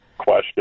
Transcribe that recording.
question